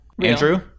Andrew